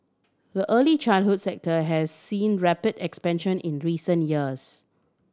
the early childhood sector has seen rapid expansion in recent years